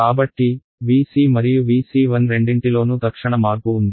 కాబట్టి Vc మరియు Vc1 రెండింటిలోనూ తక్షణ మార్పు ఉంది